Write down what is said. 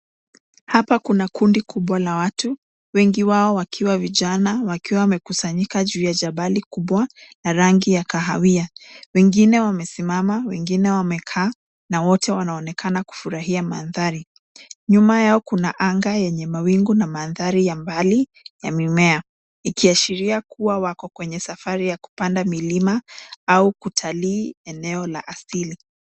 Hapa kuna kundi kubwa la watu, wengi wao wakiwa vijana, wakiwa wamekusanyika juu ya jabali kubwa la rangi ya kahawia. Wengine wamesimama, wengine wamekaa na wote wanaonekana kufurahia mandhari. Nyuma yao kuna anga yenye mawingu na mandhari ya mbali ya mimea, ikiashiria kuwa wako kwenye safari ya kupanda milima au kutalii eneo la asili.